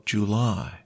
July